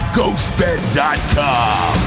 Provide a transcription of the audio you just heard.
GhostBed.com